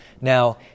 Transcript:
Now